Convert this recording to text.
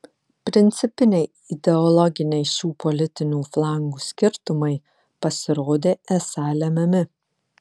principiniai ideologiniai šių politinių flangų skirtumai pasirodė esą lemiami